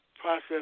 process